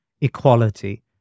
equality